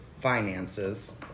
finances